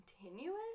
continuous